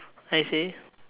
I see